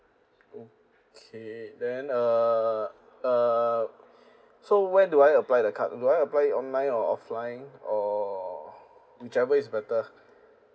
okay then uh uh so where do I apply the card do I apply it online or offline or whichever is better